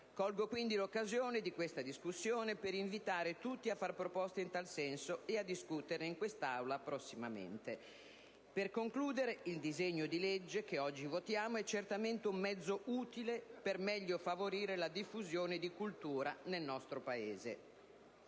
Colgo l'occasione di questa discussione per invitare tutti a far proposte in tal senso e a discuterne in quest'Aula prossimamente. Per concludere, il disegno di legge che oggi votiamo è certamente un mezzo utile per meglio favorire la diffusione di cultura nel nostro Paese.